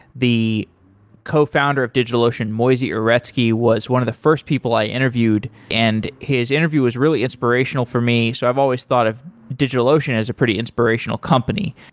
the cofounder of digitalocean, moisey uretsky, was one of the first people i interviewed, and his interview was really inspirational for me. so i've always thought of digitalocean as a pretty inspirational company.